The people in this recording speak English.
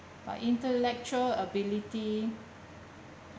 but intellectual ability